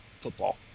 football